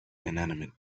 inanimate